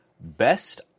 Best